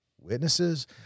witnesses